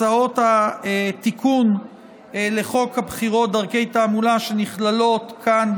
הצעות התיקון לחוק הבחירות (דרכי תעמולה) שנכללות כאן,